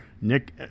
Nick